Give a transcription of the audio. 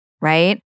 right